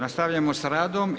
Nastavljamo sa radom.